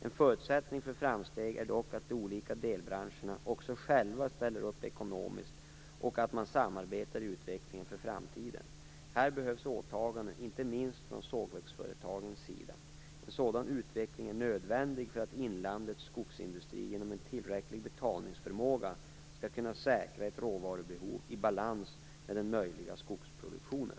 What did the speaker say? En förutsättning för framsteg är dock att de olika delbranscherna också själva ställer upp ekonomiskt och att man samarbetar i utvecklingen för framtiden. Här behövs åtaganden, inte minst från sågverksföretagens sida. En sådan utveckling är nödvändig för att inlandets skogsindustri genom en tillräcklig betalningsförmåga skall kunna säkra ett råvarubehov i balans med den möjliga skogsproduktionen.